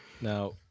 Now